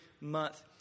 month